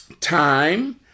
time